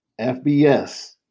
FBS